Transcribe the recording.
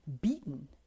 beaten